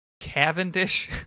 Cavendish